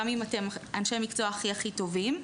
גם אם אתם אנשי המקצוע הכי הכי טובים.